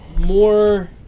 more